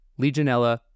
legionella